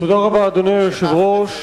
תודה רבה, אדוני היושב-ראש.